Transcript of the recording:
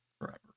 forever